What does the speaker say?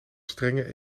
strenge